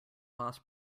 boss